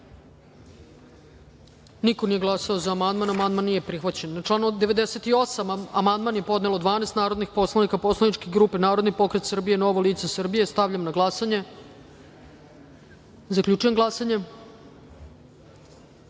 niko nije glasao za amandman. Amandman nije prihvaćen. Na član 98. amandman je podnelo 12 narodnih poslanika poslaničke grupe Narodni pokret Srbije – Novo lice Srbije. Stavljam na glasanje ovaj amandman. Zaključujem glasanje: